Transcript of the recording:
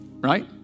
Right